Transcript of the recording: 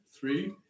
three